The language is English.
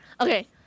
Okay